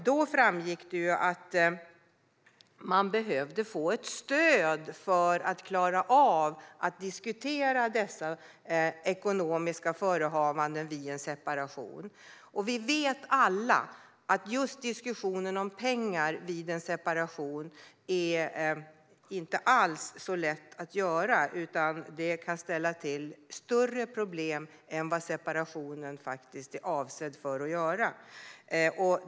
Då framgick det att man behövde få ett stöd för att klara av att diskutera dessa ekonomiska förehavanden vid en separation. Vi vet alla att just diskussionen om pengar inte alls är så lätt vid en separation. Den kan ställa till med större problem än separationen är avsedd att göra.